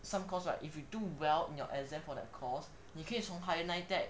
some course lah if you do well in your exam for that cause 你可以从 higher NITEC